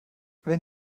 wenn